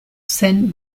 sen